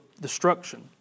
destruction